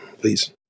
please